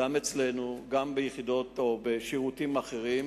גם אצלנו וגם ביחידות ובשירותים אחרים.